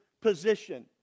position